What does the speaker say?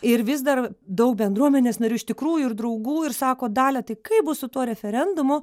ir vis dar daug bendruomenės narių iš tikrųjų ir draugų ir sako dalia tai kaip bus su tuo referendumu